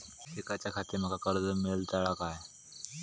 शिकाच्याखाती माका कर्ज मेलतळा काय?